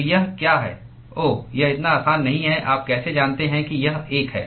तो यह क्या है ओह यह इतना आसान नहीं है आप कैसे जानते हैं कि यह 1 है